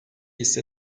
ise